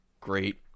great